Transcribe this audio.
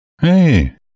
Hey